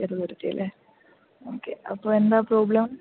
ചെറുതുരുത്തിയല്ലേ okay അപ്പോൾ എന്താ problem